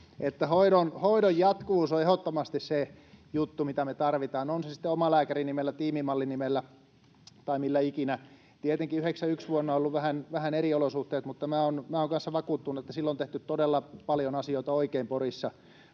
hoidon jatkuvuus on ehdottomasti se juttu, mitä me tarvitaan, on se sitten omalääkäri-nimellä, tiimimalli-nimellä tai millä ikinä. Tietenkin vuonna 91 ovat olleet vähän eri olosuhteet, mutta minä olen kanssa vakuuttunut, että silloin on tehty todella paljon asioita oikein Porissa,